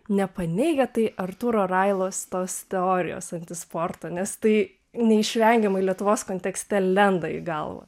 nepaneigia tai artūro railos tos teorijos antisporto nes tai neišvengiamai lietuvos kontekste lenda į galvą